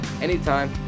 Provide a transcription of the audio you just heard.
Anytime